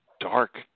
dark